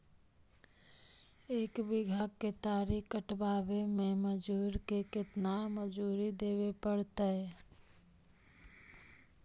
एक बिघा केतारी कटबाबे में मजुर के केतना मजुरि देबे पड़तै?